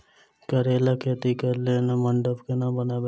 करेला खेती कऽ लेल मंडप केना बनैबे?